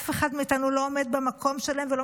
אף אחד מאיתנו לא עומד במקום שלהם ולא